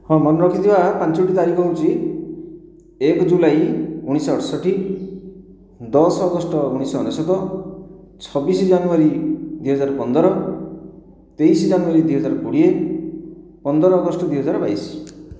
ହଁ ମନେ ରଖିଥିବା ପାଞ୍ଚୋଟି ତାରିଖ ହେଉଛି ଏକ ଜୁଲାଇ ଉଣିଶହ ଅଡ଼ଷଠି ଦଶ ଅଗଷ୍ଟ ଉଣିଶହ ଅନେଶ୍ୱତ ଛବିଶ ଜାନୁଆରୀ ଦୁଇ ହଜାର ପନ୍ଦର ତେଇଶ ଜାନୁଆରୀ ଦୁଇ ହଜାର କୋଡ଼ିଏ ପନ୍ଦର ଅଗଷ୍ଟ ଦୁଇ ହଜାର ବାଇଶ